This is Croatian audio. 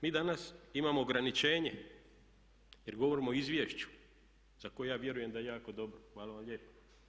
Mi danas imamo ograničenje jer govorimo o izvješću za koje ja vjerujem da je jako dobro, hvala vam lijepa.